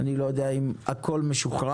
אני לא יודע אם הכול משוחרר,